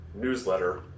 newsletter